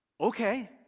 Okay